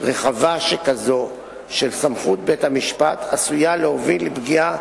רחבה שכזו של סמכות בית-המשפט עשויה להוביל לפגיעה